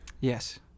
Yes